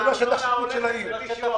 הארנונה הולכת למקום אחר.